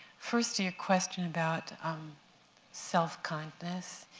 first, to your question about um self-kindness,